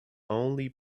only